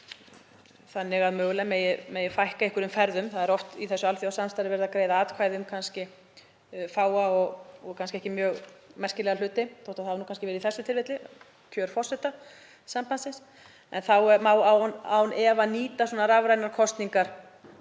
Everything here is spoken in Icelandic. þannig að mögulega megi fækka einhverjum ferðum. Það er oft í þessu alþjóðasamstarfi verið að greiða atkvæði um fáa og kannski ekki mjög merkilega hluti, þótt það hafi verið í þessu tilfelli, kjör forseta sambandsins, en þá má án efa nýta rafrænar kosningar